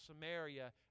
Samaria